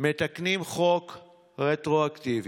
מתקנים חוק רטרואקטיבית,